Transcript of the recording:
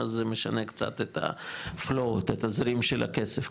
אז זה משנה קצת את התזרים של הכסף,